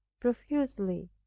profusely